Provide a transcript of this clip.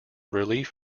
relief